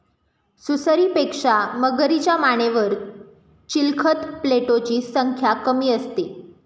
सुसरीपेक्षा मगरीच्या मानेवर चिलखत प्लेटोची संख्या कमी असते